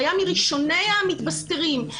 היה מראשוני המתבסטרים,